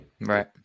right